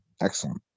excellent